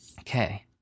Okay